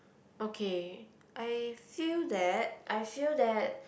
okay I feel that I feel that